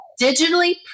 digitally